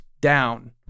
down